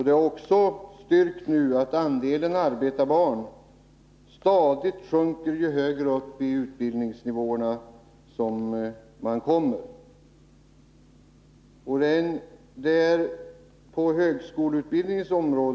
Det är nu också styrkt att andelen arbetarbarn stadigt sjunker ju högre upp i Nr 37 utbildningsnivåerna man kommer. På högskolenivån är det särskilt påtag Torsdagen den ligt.